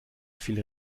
viel